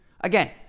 Again